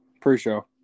pre-show